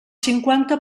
cinquanta